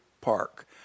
Park